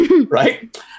right